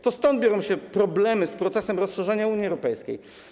To stąd biorą się problemy z procesem rozszerzania Unii Europejskiej.